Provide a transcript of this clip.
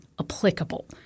applicable